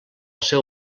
seu